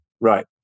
right